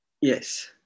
yes